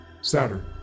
Saturn